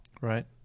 right